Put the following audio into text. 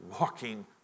walking